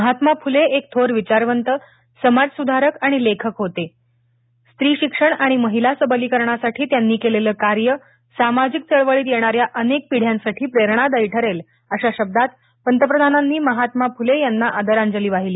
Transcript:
महात्मा फुले एक थोर विचारवंत समाजसुधारक आणि लेखक होते स्त्री शिक्षण आणि महिला सबलीकरणासाठी त्यांनी केलेलं कार्य सामाजिक चळवळीत येणाऱ्या अनेक पिढ्यांसाठी प्रेरणादायी ठरेल अशा शब्दात पंतप्रधानांनी महात्मा फुले यांना आदरांजली वाहिली